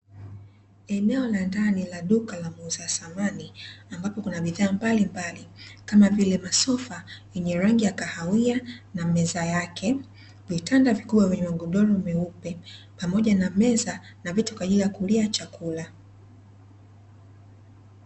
Eneo la duka la kuuza dhamani ambapo kuna bidhaa mbalimbali kama vile masofa yenye rangi ya kahawia na meza yako vitanda vikubwa venye magodoro meupe pamoja na meza na viti kwaajili ya kulia chakula.